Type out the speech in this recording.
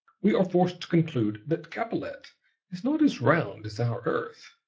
we are forced to conclude that capellette is not as round as our earth.